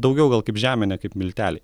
daugiau gal kaip žemė ne kaip milteliai